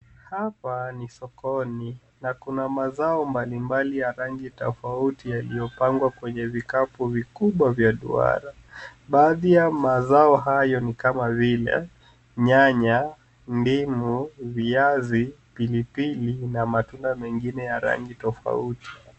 Hapa ni sokoni na kuna mazao mbalimbali ya rangi tofauti yaliyopangwa kwenye vikapu vikubwa vya duara. Baadhi ya mazao hayo ni kama vile: nyanya, ndimu, viazi, pilipili na matunda mengine ya rangi tofauti.